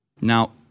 Now